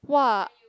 !wow!